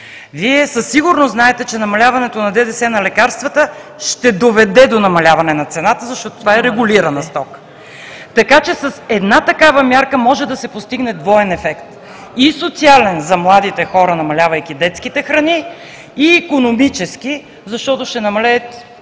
Вие със сигурност знаете, че намаляването на ДДС на лекарствата ще доведе до намаляване на цената, защото това е регулирана стока, така че с една такава мярка може да се постигне двоен ефект: и социален за младите хора, намалявайки детските храни, и икономически, защото ще намалеят